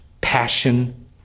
passion